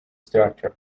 structure